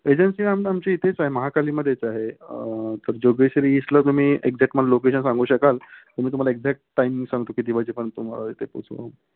agency ma'am तर आमची इथेचं आहे महाकालीमध्येच आहे तर जोगेश्वरी इस्टला तुम्ही एक्झॅक्ट मला लोकेशन सांगू शकाल तर मी तुम्हाला एक्झॅक्ट टायमिंग सांगतो किती वाजेपर्यंत तुम्हाला हे ते पोचू